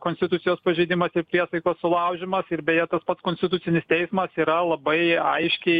konstitucijos pažeidimas ir priesaikos sulaužymas ir beje tas pats konstitucinis teismas yra labai aiškiai